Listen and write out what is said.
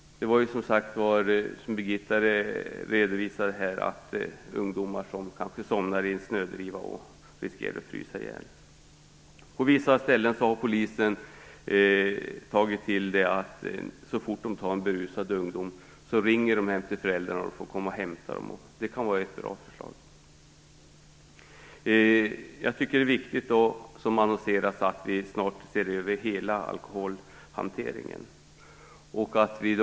Som Birgitta Gidblom redovisade kan t.ex. ungdomar som somnar i en snödriva riskera att frysa ihjäl. Polisen har på vissa ställen infört en rutin att så snart de tagit hand om en berusad ungdom ringa hem till föräldrarna, som får komma och hämta dem. Det kan vara en bra ordning. Jag tycker att det är viktigt att, som annonserats, hela alkoholhanteringen snart ses över.